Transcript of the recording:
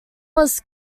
was